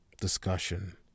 discussion